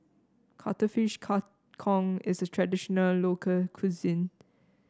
Cuttlefish Kang Kong is a traditional local cuisine